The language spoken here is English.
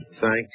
thank